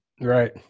Right